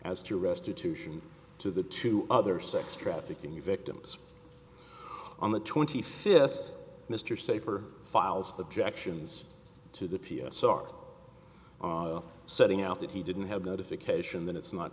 as to restitution to the two other sex trafficking victims on the twenty fifth mr saper files objections to the p s r setting out that he didn't have notification that it's not